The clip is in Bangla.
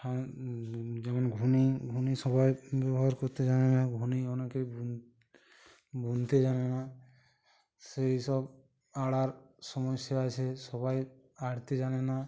ফাঁদ যেমন ঘুনি ঘুনি সবাই ব্যবহার কোত্তে জানে না ভুনি অনেকে ভু বুনতে জানে না সেই সব আড়ার সমস্যা আছে সবাই আড়তে জানে না